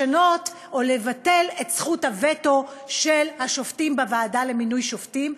לשנות או לבטל את זכות הווטו של השופטים בוועדה למינוי שופטים,